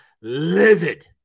livid